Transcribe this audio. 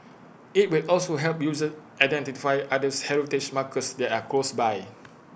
IT will also help users identify others heritage markers that are close by